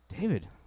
David